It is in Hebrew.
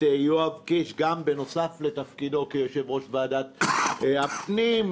יואב קיש גם בנוסף לתפקידו כיושב-ראש ועדת הפנים,